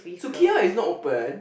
Sukiya is not open